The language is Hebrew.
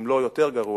אם לא יותר גרוע,